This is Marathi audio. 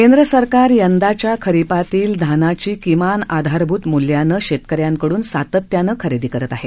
केंद्र सरकार यंदाच्या खरीपातील धानची किमान आधारभूत मूल्यानं शेतक यांकडून सातत्यानं खरेदी करत आहे